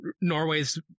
norway's